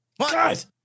Guys